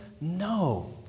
No